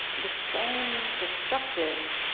the same destructive,